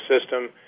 system